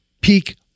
Peak